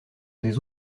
des